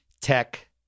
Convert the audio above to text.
Tech